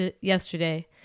yesterday